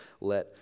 let